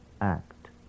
act